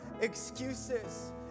excuses